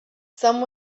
some